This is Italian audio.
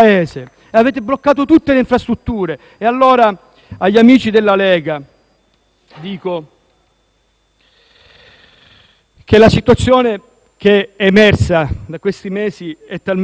allora che la situazione che è emersa in questi ultimi mesi è talmente grave che vi invito ad abbandonare la nave e far naufragare da soli